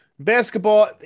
basketball